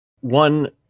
one